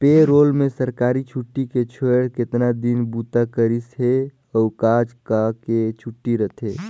पे roll में सरकारी छुट्टी के छोएड़ केतना दिन बूता करिस हे, अउ का का के छुट्टी रथे